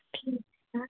ਠੀਕ ਆ